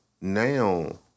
now